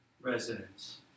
residents